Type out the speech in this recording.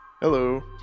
hello